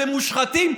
אתם מושחתים,